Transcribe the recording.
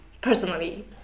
Personally